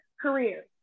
career